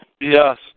Yes